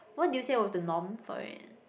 what did you say was the norm for it